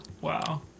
Wow